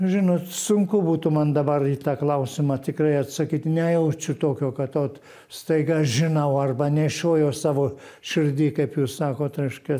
nu žinot sunku būtų man dabar į tą klausimą tikrai atsakyt nejaučiu tokio kad ot staiga aš žinau arba nešioju savo širdy kaip jūs sakot reiškia